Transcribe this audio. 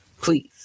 please